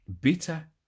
bitter